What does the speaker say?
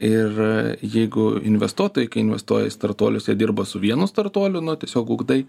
ir jeigu investuotojai kai investuoja į startuolius jie dirba su vienu startuoliu nu tiesiog ugdai